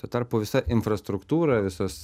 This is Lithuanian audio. tuo tarpu visa infrastruktūra visos